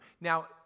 Now